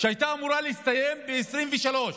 שהייתה אמורה להסתיים ב-2023.